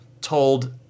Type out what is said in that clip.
told